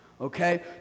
Okay